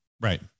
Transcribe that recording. Right